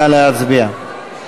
נא להצביע.